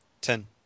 Ten